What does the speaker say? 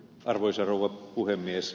arvoisa rouva puhemies